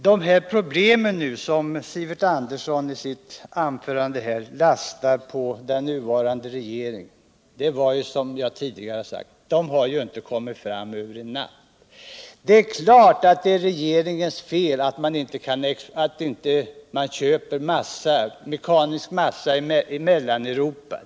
De problem som Sivert Andersson i sitt anförande lastar över på den nuvarande regeringen har, som jag sade tidigare, inte kommit fram över en natt. Det är klart att det är regeringens fel att man inte köper mekanisk massa i Mellaneuropa.